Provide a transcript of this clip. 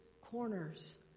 corners